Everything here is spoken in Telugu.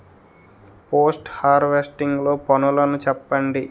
పోస్ట్ హార్వెస్టింగ్ లో పనులను చెప్పండి?